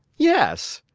yes.